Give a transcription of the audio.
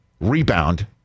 rebound